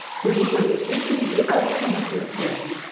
for you are receiving the outcome of your faith,